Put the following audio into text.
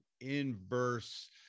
inverse